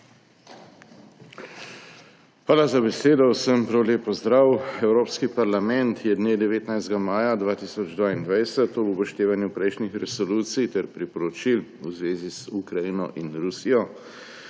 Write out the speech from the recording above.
Hvala za besedo. Vsem prav lep pozdrav! Evropski parlament je dne 19. maja 2022 ob upoštevanju prejšnjih resolucij ter priporočil v zvezi z Ukrajino in Rusijo